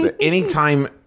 Anytime